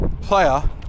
player